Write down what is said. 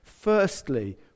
Firstly